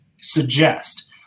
suggest